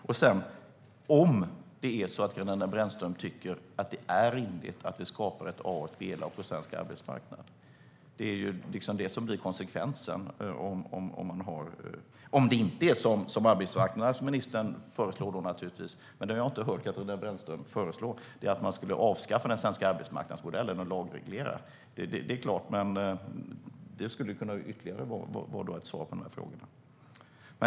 Tycker Katarina Brännström att det är rimligt att vi skapar ett A och ett B-lag på svensk arbetsmarknad? Det är ju det som blir konsekvensen om det inte är så som arbetsmarknadsministern föreslår - men det har jag inte hört Katarina Brännström föreslå - att man skulle avskaffa den svenska arbetsmarknadsmodellen och lagreglera. Det skulle ju kunna vara ett ytterligare ett svar på frågorna.